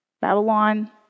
Babylon